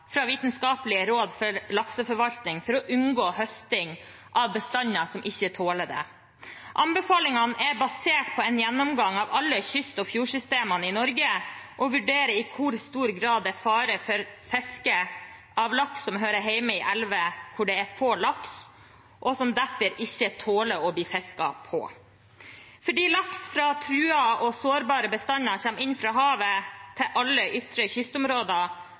fra Vitenskapelig råd for lakseforvaltning for å unngå høsting av bestander som ikke tåler det. Anbefalingene er basert på en gjennomgang av alle kyst- og fjordsystemene i Norge og vurderer i hvor stor grad det er fare for fisket av laks som hører hjemme i elver hvor det er få laks, og som derfor ikke tåler å bli fisket på. Fordi laks fra truede og sårbare bestander kommer inn fra havet til alle ytre kystområder,